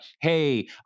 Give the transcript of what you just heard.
hey